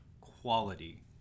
quality